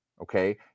Okay